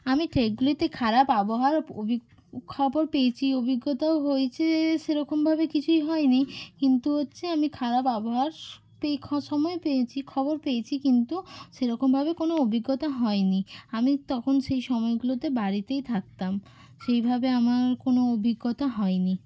আমি ট্রেকগুলিতে খারাপ আবহাওয়ার খবর পেয়েছি অভিজ্ঞতাও হয়েছে সেরকমভাবে কিছুই হয়নি কিন্তু হচ্ছে আমি খারাপ আবহাওয়ার সময় পেয়েছি খবর পেয়েছি কিন্তু সেরকমভাবে কোনও অভিজ্ঞতা হয়নি আমি তখন সেই সময়গুলোতে বাড়িতেই থাকতাম সেইভাবে আমার কোনও অভিজ্ঞতা হয়নি